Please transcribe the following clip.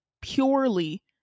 purely